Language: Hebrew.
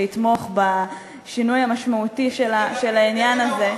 שיתמוך בשינוי המשמעותי של העניין הזה.